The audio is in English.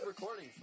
recording